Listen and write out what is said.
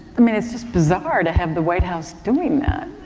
i mean it's just bizarre to have the white house doing that,